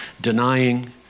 denying